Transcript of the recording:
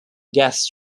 guests